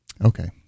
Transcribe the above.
Okay